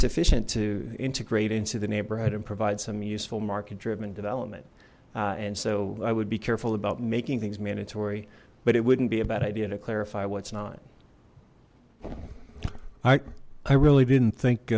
sufficient to integrate into the neighborhood and provide some useful market driven development and so i would be careful about making things mandatory but it wouldn't be a bad idea to clarify what's not i i really didn't think